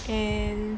and